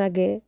ଲାଗେ